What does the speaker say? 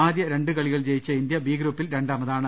ആദ്യ രണ്ടു കളികളും ജയിച്ച ഇന്ത്യ ബി ഗ്രൂപ്പിൽ രണ്ടാമതാണ്